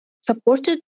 supported